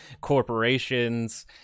corporations